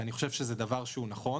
אני חושב שזה דבר נכון.